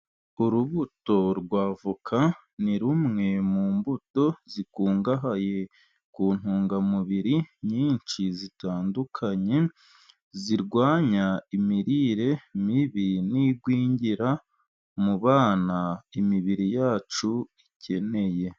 Urubuto rw'avoka, ni rumwe mu mbuto zikungahaye ku ntungamubiri nyinshi zitandukanye, zirwanya imirire mibi n'igwingira mu bana imibiri yacu ikeneye.